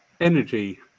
energy